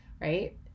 right